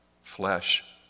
flesh